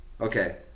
okay